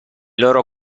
loro